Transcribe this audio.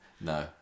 No